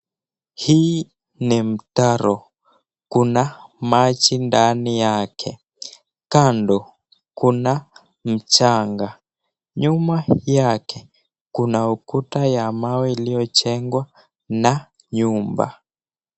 Hii ni mtaro, kuna maji ndani yake. Kando kuna mchanga. Nyuma yake kuna ukuta ya mawe iliojengwa na nyumba.